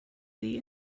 sie